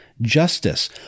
justice